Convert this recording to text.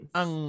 ang